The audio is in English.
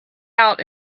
out